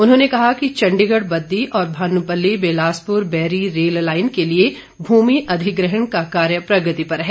उन्होंने कहा कि चंडीगढ़ बद्दी और भानुपल्ली बिलासपुर बैरी रेल लाइन के लिए भूमि अधिग्रहण का कार्य प्रगति पर है